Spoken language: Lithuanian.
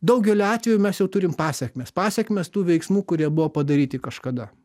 daugeliu atvejų mes jau turim pasekmes pasekmes tų veiksmų kurie buvo padaryti kažkada